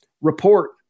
Report